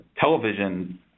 television